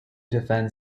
defend